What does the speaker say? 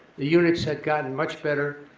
the units had gotten much better.